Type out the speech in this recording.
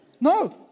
No